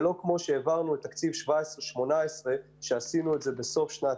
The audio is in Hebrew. זה לא כמו שהעברנו את תקציב 2017/2018 שעשינו את זה בסוף שנת